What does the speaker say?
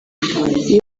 iyo